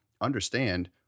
understand